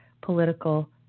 political